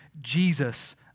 Jesus